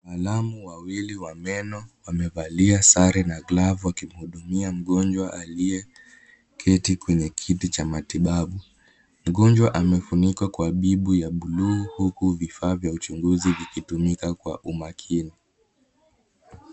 Wataalamu wawili wa meno wamevalia sare wakimhudumia mgonjwa aliyeketi kwenye kiti cha matibabu. Mgonjwa amefunikwa kwa bibu ya buluu huku vifaa vya uchunguzi vikitumika kwa umakini.